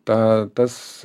tą tas